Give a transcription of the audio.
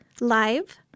live